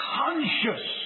conscious